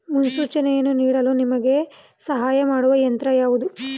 ಮುನ್ಸೂಚನೆಯನ್ನು ನೀಡಲು ನಿಮಗೆ ಸಹಾಯ ಮಾಡುವ ಯಂತ್ರ ಯಾವುದು?